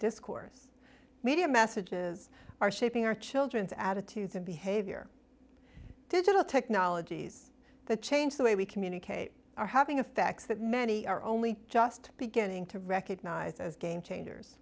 discourse media messages are shaping our children's attitudes and behavior digital technologies that change the way we communicate our having effects that many are only just beginning to recognize as game change